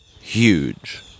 huge